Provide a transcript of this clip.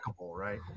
right